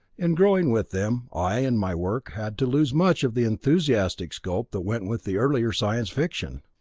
in growing with them, i and my work had to lose much of the enthusiastic scope that went with the earlier science fiction.